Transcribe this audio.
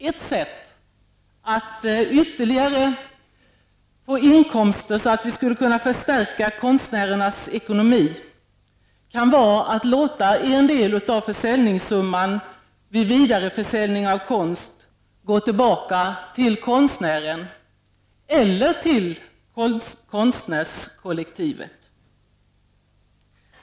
Ett sätt att skapa ytterligare inkomster för att förstärka konstnärernas ekonomi kan vara att låta en del av försäljningssumman vid vidareförsäljning av konst gå tillbaka till konstnären eller till konstnärskollektivet.